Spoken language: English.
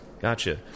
Gotcha